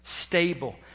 stable